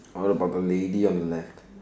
what about the lady on the left